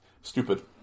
stupid